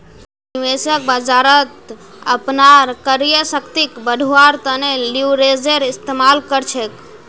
निवेशक बाजारत अपनार क्रय शक्तिक बढ़व्वार तने लीवरेजेर इस्तमाल कर छेक